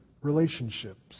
relationships